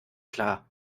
klar